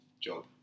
job